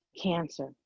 cancer